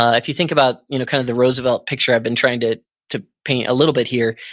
if you think about you know kind of the roosevelt picture i've been trying to to paint a little bit here,